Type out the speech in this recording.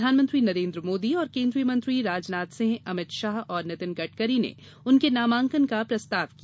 प्रधानमंत्री नरेन्द्र मोदी और केन्द्रीय मंत्री राजनाथ सिंह अमित शाह और नितिन गडकरी ने उनके नामांकन का प्रस्ताव किया